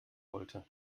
wollte